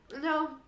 No